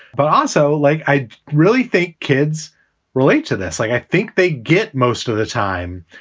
but also like i really think kids relate to this. like i think they get most of the time.